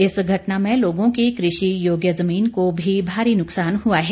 इस घटना में लोगों की कृषि योग्य जमीन को भी भारी नुकसान हुआ है